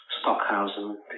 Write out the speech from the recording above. Stockhausen